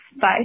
Bye